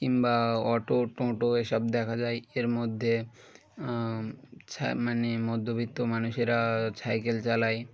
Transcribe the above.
কিংবা অটো টোটো এসব দেখা যায় এর মধ্যে মানে মধ্যবিত্ত মানুষেরা সাইকেল চালায়